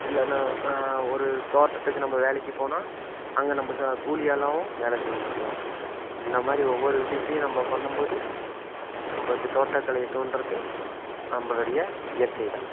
இல்லைனா ஒரு தோட்டத்துக்கு நம்ப வேலைக்கு போனால் அங்கே நம்ப சா கூலி ஆளாகவும் வேலை செய்ய முடியும் இந்தமாதிரி ஒவ்வொரு விஷயத்தையும் நம்ப பண்ணும்போது நம்பளுக்கு தோட்டக்கலையை தூண்டுறது நம்பளுடைய இயற்கை தான்